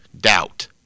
doubt